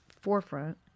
forefront